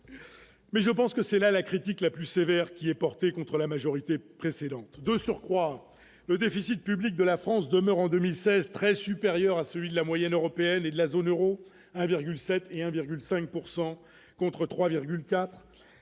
Mais je pense que c'est la la critique la plus sévère, qui est portée contre la majorité précédente, de surcroît, le déficit public de la France demeure en 2016 très supérieur à celui de la moyenne européenne et de la zone Euro 1,7 et 1,5 pourcent